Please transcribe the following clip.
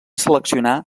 seleccionar